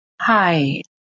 Hi